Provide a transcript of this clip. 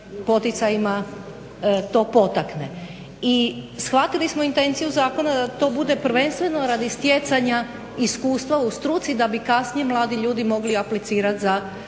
poticajima to potakne. I shvatili smo intenciju zakona da to bude prvenstveno radi stjecanja iskustva u struci da bi kasnije mladi ljudi mogli aplicirati za